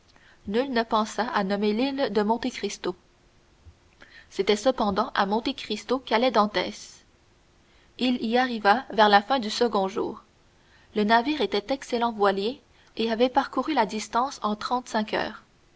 nul ne pensa à nommer l'île de monte cristo c'était cependant à monte cristo qu'allait dantès il y arriva vers la fin du second jour le navire était excellent voilier et avait parcouru la distance en trente-cinq heures